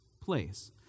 place